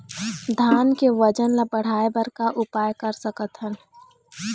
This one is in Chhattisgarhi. धान के वजन ला बढ़ाएं बर का उपाय कर सकथन?